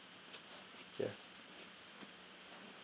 yeah